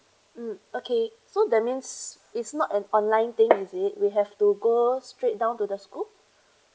mm okay so that means it's not an online thing is it we have to go straight down to the school